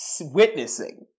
witnessing